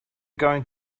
going